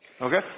Okay